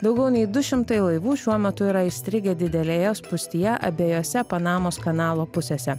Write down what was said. daugiau nei du šimtai laivų šiuo metu yra įstrigę didelėje spūstyje abejose panamos kanalo pusėse